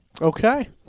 Okay